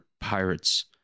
Pirates